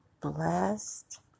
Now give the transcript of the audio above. Blessed